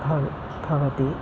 भव् भवति